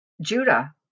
Judah